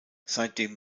seitdem